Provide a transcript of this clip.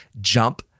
jump